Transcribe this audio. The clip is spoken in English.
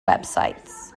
websites